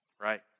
right